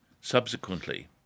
subsequently